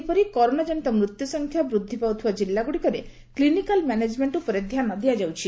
ସେହିପରି କରୋନାଟ୍ଟନିତ ମୃତ୍ୟୁ ସଂଖ୍ୟା ବୃଦ୍ଧି ପାଉଥିବା କିଲ୍ଲାଗୁଡିକରେ କ୍ଲିନିକାଲ ମ୍ୟାନେଜମେଣ୍ଟ ଉପରେ ଧ୍ୟାନ ଦିଆଯାଉଛି